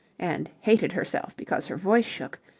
and hated herself because her voice shook.